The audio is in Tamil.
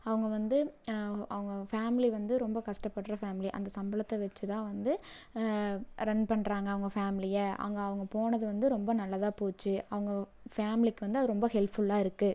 அவங்க வந்து அவங்க ஃபேமிலி வந்து ரொம்ப கஷ்டப்படுகிற ஃபேமிலி அந்த சம்பளத்தை வச்சு தான் வந்து ரன் பண்ணுறாங்க அவங்க ஃபேமிலியை அங்கே அவங்க போனது வந்து ரொம்ப நல்லதாக போச்சு அவங்க ஃபேமிலிக்கு வந்து அது ரொம்ப ஹெல்ப் ஃபுல்லாக இருக்குது